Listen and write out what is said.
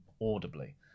audibly